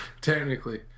Technically